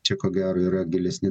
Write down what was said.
čia ko gero yra gilesni